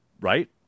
Right